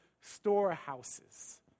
storehouses